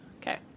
Okay